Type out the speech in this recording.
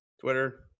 Twitter